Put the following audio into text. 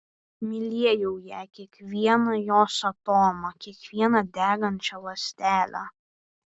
mylėjau ją kiekvieną jos atomą kiekvieną degančią ląstelę